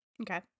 Okay